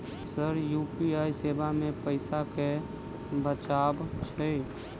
Sir UPI सेवा मे पैसा केँ बचाब छैय?